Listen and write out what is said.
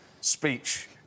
speech